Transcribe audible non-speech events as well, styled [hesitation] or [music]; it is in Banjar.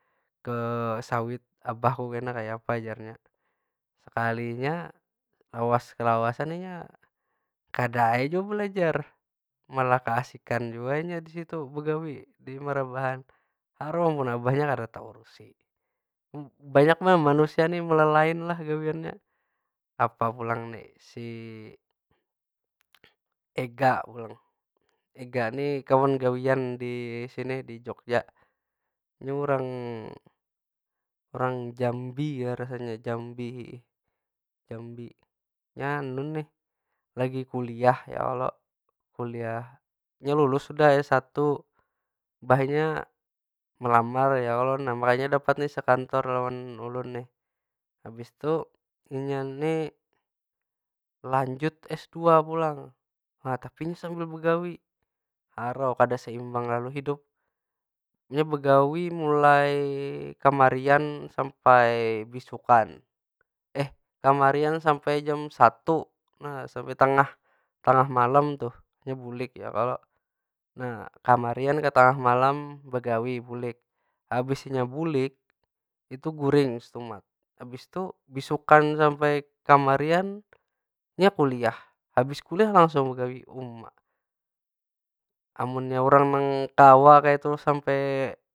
Ke sawit abahku kena kayapa jar nya. Sekalinya lawas kelawasan inya kada ai jua belajar, malah keasikan jua di situ begawi di marabahan. Harau pun abahnya kada taurusi. Banyak banar manusia nih melelain lah gawiannya. Apa pulang ni, si ega pulang. Ega ni kawan gawian di sini di jogja. Nya urang- urang jambi kah rasanya. [hesitation] Nya [hesitation] nih lagi kuliahya kalo? Kuliah, nya lulus sudah s satu mbahnya, melamar ya kalo. Makanya dapat ni sekantor lawan ulun nih. Habis tu inya nih, lanjut s dua pulang. Nah tapi inya sambil begawi. Harau kada seimbang lalu hidup. Nya begawi mulai kamarian sampai beisukan. [hesitation] kamarian sampai jam satu. Nah sampai tengah- tengah malam tu nya bulik ya kalo? Nah, kamarian ka tangah malam begawi bulik. Habis inya bulik, itu guring setumat. Habis tu beisukan sampai kamarian nya kuliah, habis kuliah langsung begawi, uma. Amunnya urang nang kawa kaytu sampai.